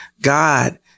God